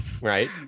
right